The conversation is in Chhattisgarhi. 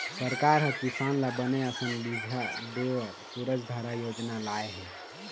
सरकार ह किसान ल बने असन बिजहा देय बर सूरजधारा योजना लाय हे